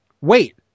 wait